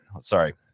sorry –